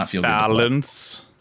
balance